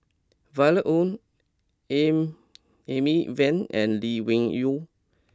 Violet Oon Amy Van and Lee Wung Yew